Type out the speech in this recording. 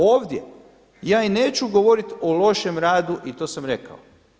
Ovdje ja i neću govoriti o lošem radu i to sam rekao.